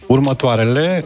Următoarele